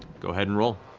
go ahead and roll.